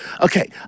Okay